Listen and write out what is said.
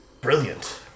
brilliant